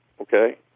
Okay